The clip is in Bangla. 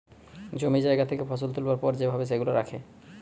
জমি জায়গা থেকে ফসল তুলবার পর যে ভাবে সেগুলা রাখে